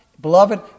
beloved